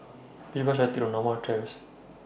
Which Bus should I Take to Norma Terrace